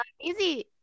easy